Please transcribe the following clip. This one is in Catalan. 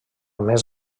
més